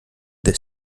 the